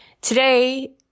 today